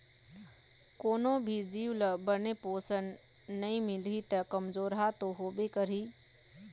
कोनो भी जीव ल बने पोषन नइ मिलही त कमजोरहा तो होबे करही